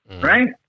right